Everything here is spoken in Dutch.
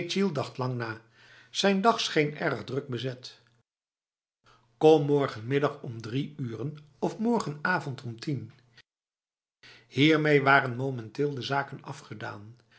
lang na zijn dag scheen erg druk bezet kom morgenmiddag om drie uren of morgenavond om tienf hiermee waren momenteel de zaken afgedaan